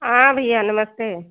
हाँ भैया नमस्ते